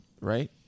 right